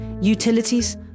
utilities